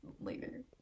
later